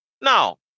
Now